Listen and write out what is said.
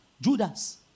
Judas